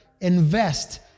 invest